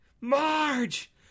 Marge